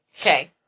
Okay